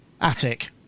attic